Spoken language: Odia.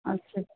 ଆଚ୍ଛା